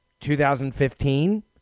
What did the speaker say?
2015